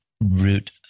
root